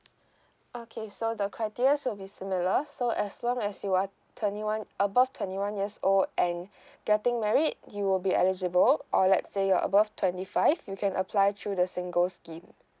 okay so the criterias will be similar so as long as you are twenty one above twenty one years old and getting married you will be eligible or let's say you are above twenty five you can apply through the single scheme